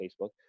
Facebook